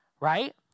right